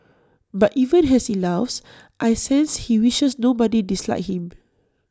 but even as he laughs I sense he wishes nobody disliked him